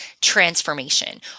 transformation